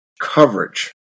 coverage